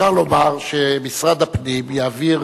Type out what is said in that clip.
אפשר לומר שמשרד הפנים יעביר